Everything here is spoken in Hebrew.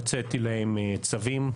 הוצאתי להם צווים.